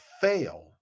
fail